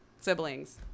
siblings